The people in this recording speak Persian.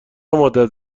مدت